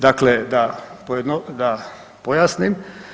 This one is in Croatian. Dakle da pojasnim.